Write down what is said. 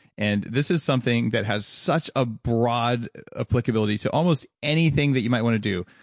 and this is something that has such a broad applicability to almost anything that you might want to do.